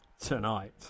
Tonight